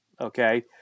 Okay